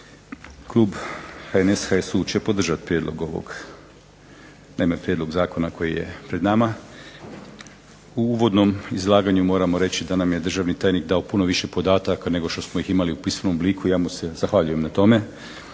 Klub HNS-HSU će podržati prijedlog zakona koji je pred nama. U uvodnom izlaganju moramo reći da nam je državni tajnik dao puno više podataka nego što smo imali u pisanom obliku i ja mu se zahvaljujem na tome,